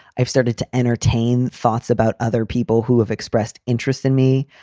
i've started to entertain thoughts about other people who have expressed interest in me.